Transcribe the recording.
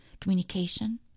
communication